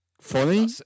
Funny